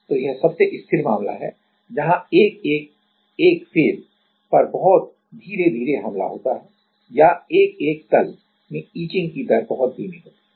तो यह सबसे स्थिर मामला है जहां 1 1 1 फेस पर बहुत धीरे धीरे हमला होता है या 1 1 1 तल में इचिंग की दर बहुत धीमी होती है